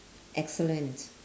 excellent